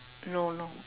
no no